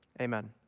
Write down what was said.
amen